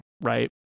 right